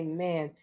Amen